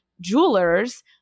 Jewelers